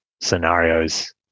scenarios